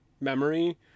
memory